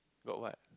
got what